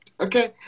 Okay